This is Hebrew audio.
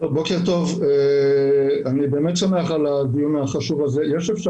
בוקר טוב, אני באמת שמח על הדיון החשוב הזה.